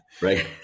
right